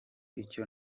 icyo